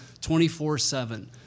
24-7